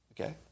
Okay